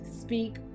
speak